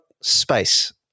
space